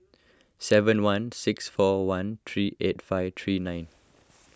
seven one six four one three eight five three nine